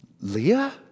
Leah